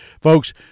Folks